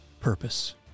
Purpose